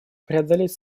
преодолеть